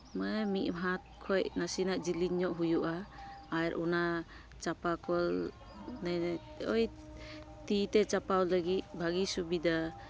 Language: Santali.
ᱢᱟᱱᱮ ᱢᱤᱫ ᱦᱟᱛ ᱠᱷᱚᱡ ᱱᱟᱥᱮᱱᱟᱜ ᱡᱮᱹᱞᱮᱧ ᱧᱚᱜ ᱦᱩᱭᱩᱜᱼᱟ ᱟᱨ ᱚᱱᱟ ᱪᱟᱸᱯᱟ ᱠᱚᱞ ᱚᱱᱮ ᱳᱭ ᱛᱤᱛᱮ ᱪᱟᱸᱯᱟᱣ ᱞᱟᱹᱜᱤᱫ ᱵᱷᱟᱹᱜᱤ ᱥᱩᱵᱤᱫᱟ